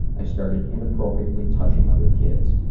i started inappropriately touching other kids.